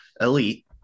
elite